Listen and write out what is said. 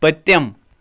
پٔتِم